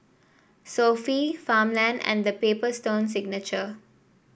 Sofy Farmland and The Paper Stone Signature